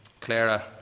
Clara